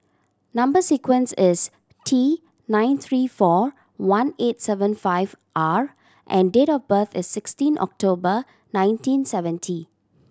number sequence is T nine three four one eight seven five R and date of birth is sixteen October nineteen seventy